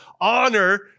honor